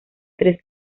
tres